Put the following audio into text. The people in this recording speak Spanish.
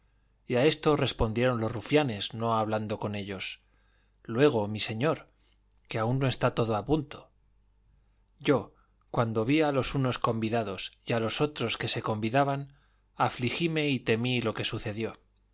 a esto respondieron los rufianes no hablando con ellos luego mi señor que aún no está todo a punto yo cuando vi a los unos convidados y a los otros que se convidaban afligíme y temí lo que sucedió